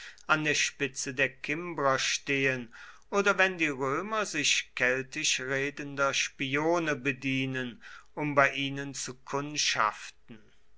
an der spitze der kimbrer stehen oder wenn die römer sich keltisch redender spione bedienen um bei ihnen zu kundschaften